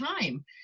time